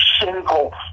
single